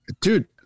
dude